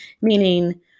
meaning